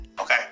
Okay